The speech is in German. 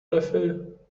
löffel